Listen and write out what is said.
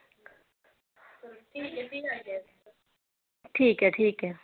ठीक ऐ ठीक ऐ